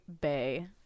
Bay